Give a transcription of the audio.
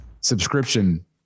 subscription